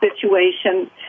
situation